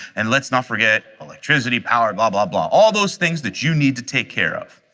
and let's not forget electricity power blah blah blah. all those things that you need to take care of.